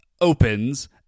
opens